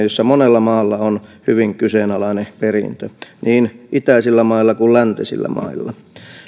jossa monella maalla on hyvin kyseenalainen perintö niin itäisillä mailla kuin läntisillä mailla